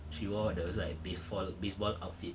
she wore that was like baseball baseball outfit